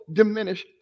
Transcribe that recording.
diminish